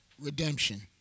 Redemption